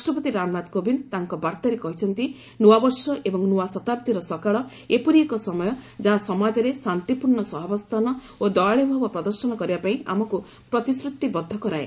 ରାଷ୍ଟ୍ରପତି ରାମନାଥ କୋବିନ୍ଦ ତାଙ୍କ ବାର୍ତ୍ତାରେ କହିଛନ୍ତି ନୂଆବର୍ଷ ଏବଂ ନୂଆ ଶତାବ୍ଦୀର ସକାଳ ଏପରି ଏକ ସମୟ ଯାହା ସମାଜରେ ଶାନ୍ତିପୂର୍ଣ୍ଣ ସହାବସ୍ଥାନ ଓ ଦୟାଳୁଭାବ ପ୍ରଦର୍ଶନ କରିବା ପାଇଁ ଆମକୁ ପ୍ରତିଶ୍ରୁତିବଦ୍ଧ କରାଏ